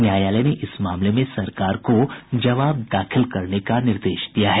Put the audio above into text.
न्यायालय ने इस मामले में सरकार को जवाब देने का निर्देश दिया है